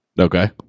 Okay